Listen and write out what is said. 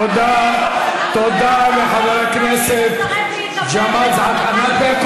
תודה לחבר הכנסת ג'מאל זחאלקה.